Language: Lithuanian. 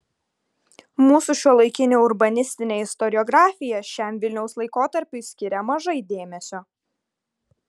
mūsų šiuolaikinė urbanistinė istoriografija šiam vilniaus laikotarpiui skiria mažai dėmesio